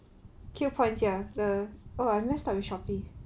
Q points ya uh I mixed up with Shopee